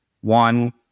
One